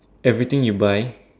everything you buy